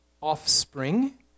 offspring